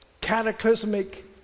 cataclysmic